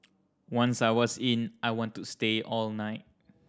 once I was in I wanted to stay all night